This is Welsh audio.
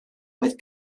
oedd